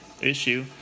issue